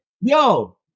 Yo